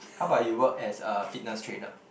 how about you work as a fitness trainer